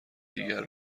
دیگر